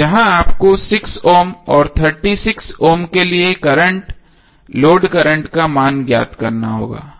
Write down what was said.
जहां आपको 6 ओम और 36 ओम के लिए करंट लोड करंट का मान ज्ञात करना होगा